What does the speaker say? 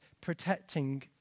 protecting